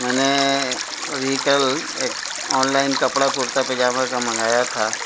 میں نے ابھی کل ایک آنلائن کپڑا کرتا پجامے کا منگایا تھا